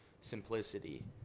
simplicity